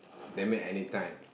that mean any time